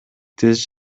тез